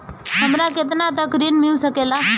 हमरा केतना तक ऋण मिल सके ला?